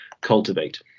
cultivate